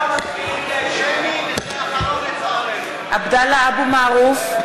(קוראת בשמות חברי הכנסת) עבדאללה אבו מערוף,